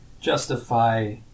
justify